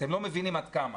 אתם לא מבינים עד כמה.